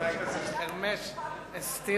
יש לי